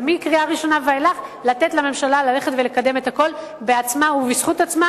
ומהקריאה הראשונה ואילך לתת לממשלה ללכת ולקדם הכול בעצמה ובזכות עצמה,